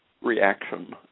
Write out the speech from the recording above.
reaction